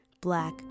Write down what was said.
black